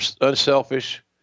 unselfish